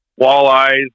walleyes